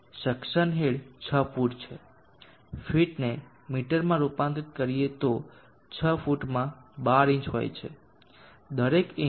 suction head 6 foot છે ફીટને મીટરમાં રૂપાંતરિત કરીએ તો 6 ફૂટમાં 12 ઇંચ હોય છે દરેક ઇંચ 25